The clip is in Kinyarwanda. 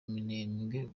minembwe